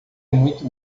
muito